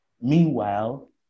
Meanwhile